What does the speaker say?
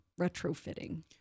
retrofitting